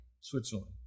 Switzerland